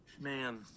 man